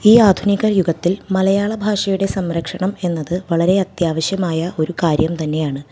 ഈ ആധുനിക യുഗത്തിൽ മലയാള ഭാഷയുടെ സംരക്ഷണം എന്നത് വളരെ അത്യാവശ്യമായ ഒരു കാര്യം തന്നെയാണ്